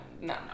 no